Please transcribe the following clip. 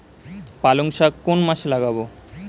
পালংশাক কোন মাসে লাগাব?